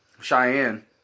Cheyenne